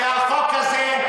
שהחוק הזה,